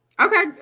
Okay